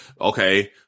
okay